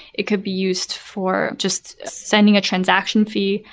it could be used for just sending a transaction fee.